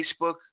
Facebook